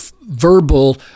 verbal